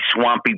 swampy